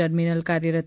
terminal કાર્યરત